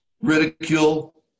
ridicule